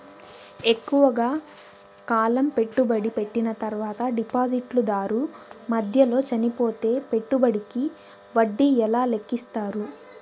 ఎక్కువగా కాలం పెట్టుబడి పెట్టిన తర్వాత డిపాజిట్లు దారు మధ్యలో చనిపోతే పెట్టుబడికి వడ్డీ ఎలా లెక్కిస్తారు?